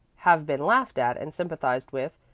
have been laughed at and sympathized with,